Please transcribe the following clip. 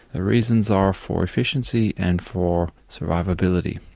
the reasons are for efficiency and for survivability,